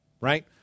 right